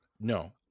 No